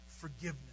forgiveness